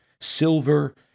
silver